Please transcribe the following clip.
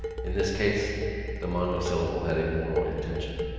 in this case the monosyllable had a moral intention.